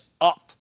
up